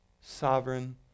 sovereign